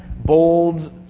bold